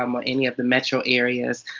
um or any of the metro areas,